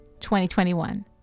2021